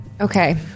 Okay